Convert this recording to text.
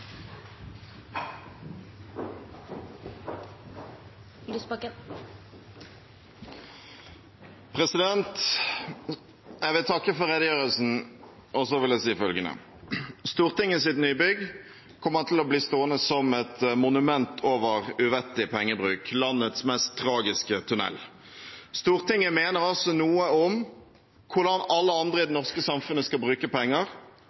Jeg vil takke for redegjørelsen – og så vil jeg si følgende: Stortingets nybygg kommer til å bli stående som et monument over uvettig pengebruk, landets mest tragiske tunnel. Stortinget mener noe om hvordan alle andre i det norske samfunnet skal bruke penger,